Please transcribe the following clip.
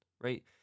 right